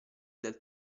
del